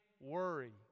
worry